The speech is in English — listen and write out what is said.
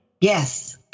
Yes